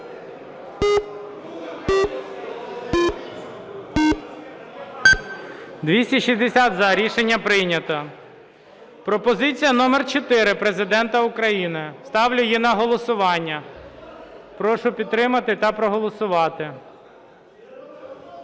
За-260 Рішення прийнято. Пропозиція номер чотири Президента України. Ставлю її на голосування. Прошу підтримати та проголосувати.